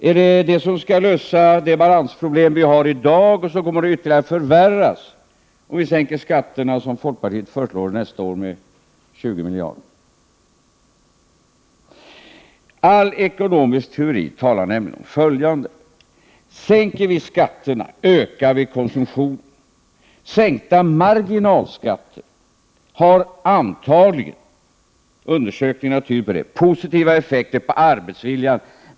Är det detta som skall lösa de balansproblem som vi har i dag och som kommer att ytterligare förvärras om vi, som folkpartiet föreslår, sänker skatterna nästa år med 20 miljarder kronor? All ekonomisk teori talar om följande: Sänker vi skatterna, ökar vi konsumtionen. Sänkta marginalskatter har antagligen — undersökningarna tyder på det — positiva effekter på arbetsviljan.